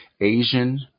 Asian